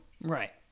Right